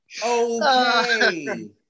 okay